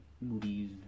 movies